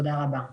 תודה רבה.